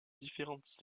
différentes